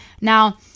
Now